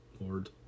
Lord